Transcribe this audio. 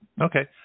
Okay